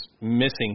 missing